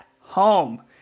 home